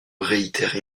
réitère